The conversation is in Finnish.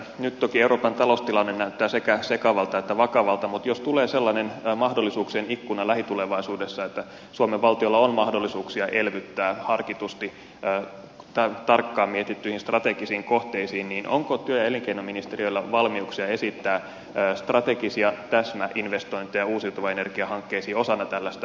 nyt toki euroopan taloustilanne näyttää sekä sekavalta että vakavalta mutta jos tulee sellainen mahdollisuuksien ikkuna lähitulevaisuudessa että suomen valtiolla on mahdollisuuksia elvyttää harkitusti tarkkaan mietittyihin strategisiin kohteisiin niin onko työ ja elinkeinoministeriöllä valmiuksia esittää strategisia täsmäinvestointeja uusiutuvan energian hankkeisiin osana tällaista punnittua elvytyspakettia